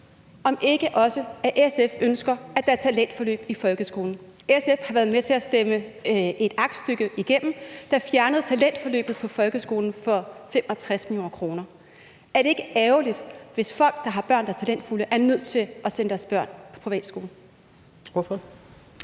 om ikke også SF ønsker, at der er talentforløb i folkeskolen. SF har været med til at stemme et aktstykke igennem, der fjernede talentforløbet på folkeskolen for 65 mio. kr. Er det ikke ærgerligt, hvis folk, der har børn, der er talentfulde, er nødt til at sende deres børn på privatskole?